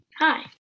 Hi